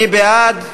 מי בעד?